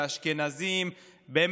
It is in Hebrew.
אשכנזים וערבים,